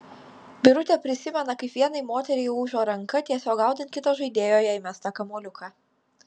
birutė prisimena kaip vienai moteriai lūžo ranka tiesiog gaudant kito žaidėjo jai mestą kamuoliuką